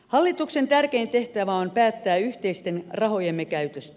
hallituksen tärkein tehtävä on päättää yhteisten rahojemme käytöstä